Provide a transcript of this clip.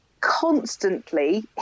constantly